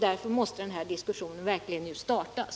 Därför måste den här diskussionen nu verkligen startas.